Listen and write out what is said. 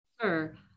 Sure